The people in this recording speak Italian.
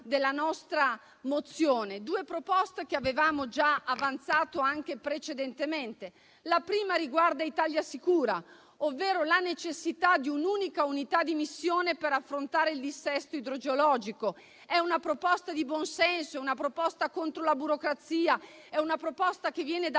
della nostra mozione. Sono due proposte che avevamo già presentato anche precedentemente. La prima riguarda ItaliaSicura, ovvero la necessità di un'unica unità di missione per affrontare il dissesto idrogeologico. È una proposta di buonsenso, contro la burocrazia, che viene dal